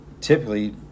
typically